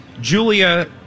julia